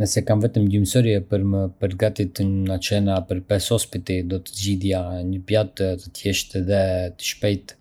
Nëse kam vetëm gjysmë ore për me përgatitë una cena për pesë mysafirë, do të zgjidhja një pjatë të thjeshtë edhe të shpejtë,